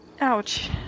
Ouch